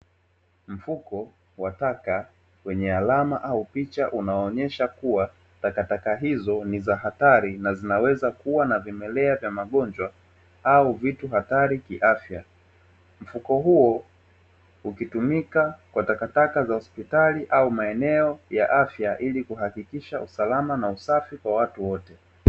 Mfuko wa taka wenye alama au picha unaoonesha kuwa taka hizo ni za hatari na zinaweza kuwa na vimelea vya magonjwa au vitu hatari kiafya. Mfuko huo ukitumika kwa taka za hospitali au maeneo ya afya ili kuhakikisha usalama na usafi kwa watu wote.